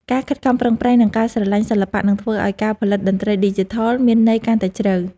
ការខិតខំប្រឹងប្រែង និង ការស្រឡាញ់សិល្បៈនឹងធ្វើឱ្យការផលិតតន្ត្រីឌីជីថលមានន័យកាន់តែជ្រៅ។